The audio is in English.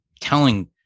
telling